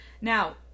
Now